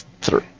three